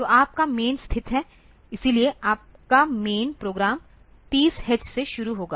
तो आपका मैन स्थित है इसलिए आपका मैन प्रोग्राम 30 h से शुरू होगा